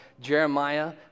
Jeremiah